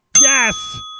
Yes